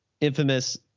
infamous